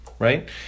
right